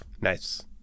nice